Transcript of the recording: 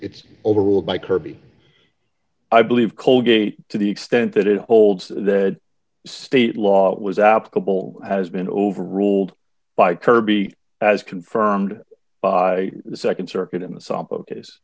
it's over ruled by kirby i believe colgate to the extent that it holds that state law was applicable has been overruled by kirby as confirmed by the nd circuit in the